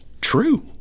true